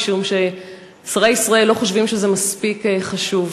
משום ששרי ישראל לא חושבים שזה מספיק חשוב.